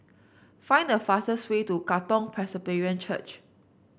find the fastest way to Katong Presbyterian Church